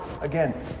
again